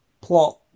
Plot